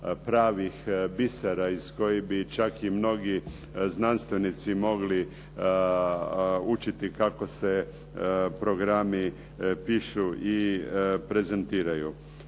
pravih bisera iz kojih bi čak i mnogi znanstvenici mogli učiti kako se programi pišu i prezentiraju.